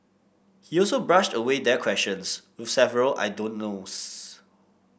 he also brushed away their questions with several I don't knows